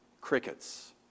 Crickets